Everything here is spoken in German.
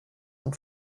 und